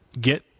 get